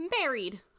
married